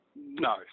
no